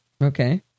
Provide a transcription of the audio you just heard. Okay